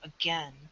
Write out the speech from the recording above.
again